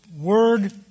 Word